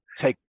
take